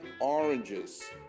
oranges